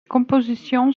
compositions